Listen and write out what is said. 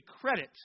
credit